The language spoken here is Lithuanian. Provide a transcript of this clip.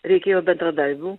reikėjo bendradarbių